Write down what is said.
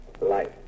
life